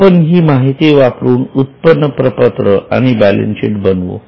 आपण ही माहिती वापरून उत्पन्न प्रपत्र आणि बॅलन्स शीट बनवू